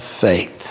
faith